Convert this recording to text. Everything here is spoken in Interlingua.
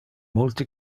multe